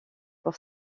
pour